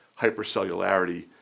hypercellularity